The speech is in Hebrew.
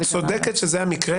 את צודקת שזה המקרה